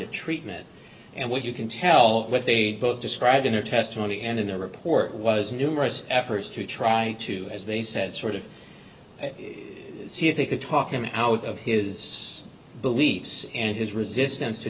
of treatment and what you can tell what they both described in their testimony and in their report was numerous efforts to try to as they said sort of see if they could talk him out of his beliefs and his resistance